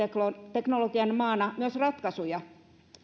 teknologian maana myös ratkaisuja